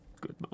good